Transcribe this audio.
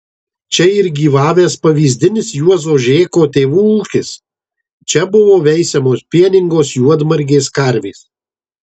čia ir gyvavęs pavyzdinis juozo žėko tėvų ūkis čia buvo veisiamos pieningos juodmargės karvės